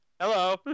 Hello